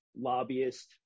lobbyist